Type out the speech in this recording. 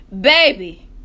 baby